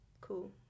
cool